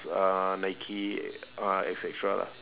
uh nike ah et cetera lah